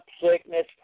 sickness